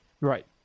right